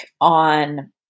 on